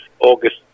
August